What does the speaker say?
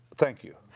thank you.